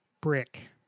brick